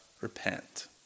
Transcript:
repent